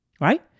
Right